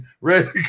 ready